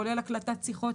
כולל הקלטת שיחות,